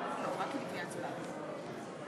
עשר דקות לרשותך.